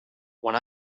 when